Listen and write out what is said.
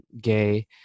gay